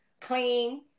clean